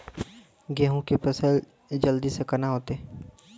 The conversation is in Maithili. गेहूँ के फसल जल्दी से के ना होते?